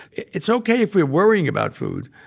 it's ok if we're worrying about food.